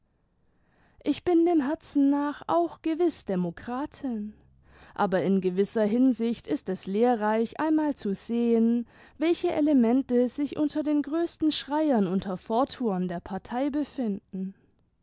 ich bin dem herzen nach auch gewiß demokratin aber in gewisser hinsicht ist es lehrreich einmal zu sehen welche elemente sich unter den größten schreiern und hervortuern der partei befinden